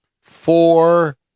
four